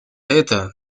это